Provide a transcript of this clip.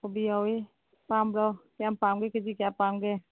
ꯀꯣꯕꯤ ꯌꯥꯎꯏ ꯄꯥꯝꯕ꯭ꯔꯣ ꯀꯌꯥꯝ ꯄꯥꯝꯒꯦ ꯀꯦ ꯖꯤ ꯀꯌꯥꯝ ꯄꯥꯝꯒꯦ